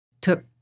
took